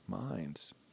minds